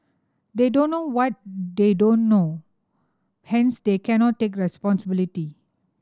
they don't know what they don't know hence they cannot take responsibility